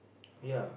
ya